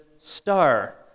star